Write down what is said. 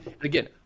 again